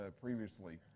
previously